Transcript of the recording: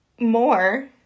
more